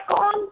on